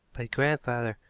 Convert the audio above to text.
but, grandfather,